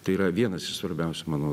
tai yra vienas iš svarbiausių manau